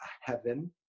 heaven